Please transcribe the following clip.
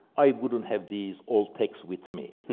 i wouldn't have these old texts with me.